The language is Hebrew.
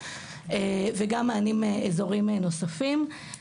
וגם מענים אזוריים נוספים.